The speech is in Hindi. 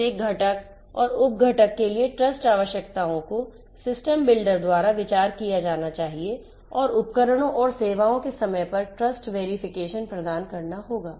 प्रत्येक घटक और उप घटक के लिए ट्रस्ट आवश्यकताओं को सिस्टम बिल्डर द्वारा विचार किया जाना चाहिए और उपकरणों और सेवाओं के समय पर ट्रस्ट वेरीफिकेशन प्रदान करना होगा